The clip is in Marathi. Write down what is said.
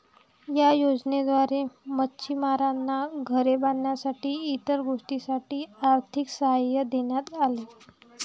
या योजनेद्वारे मच्छिमारांना घरे बांधण्यासाठी इतर गोष्टींसाठी आर्थिक सहाय्य देण्यात आले